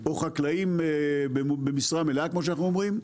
או חקלאים במשרה מלאה כמו שאנחנו אומרים,